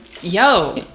Yo